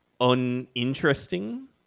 uninteresting